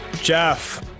Jeff